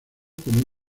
como